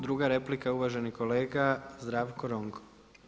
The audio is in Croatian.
Druga replika uvaženi kolega Zdravko Ronko.